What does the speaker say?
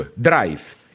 drive